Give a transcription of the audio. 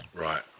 Right